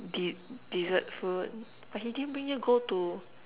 De~ dessert food but he didn't bring you go to